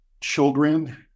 children